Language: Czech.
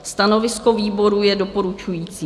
Stanovisko výboru je doporučující.